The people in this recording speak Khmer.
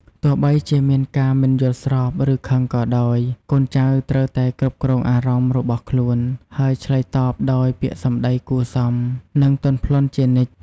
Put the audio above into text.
ទោះបីជាមានការមិនយល់ស្រប ឬខឹងក៏ដោយ កូនចៅត្រូវតែ គ្រប់គ្រងអារម្មណ៍ របស់ខ្លួន ហើយ ឆ្លើយតបដោយពាក្យសំដីគួរសម និងទន់ភ្លន់ជានិច្ច។